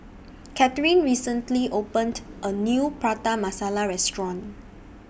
Catharine recently opened A New Prata Masala Restaurant